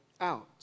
out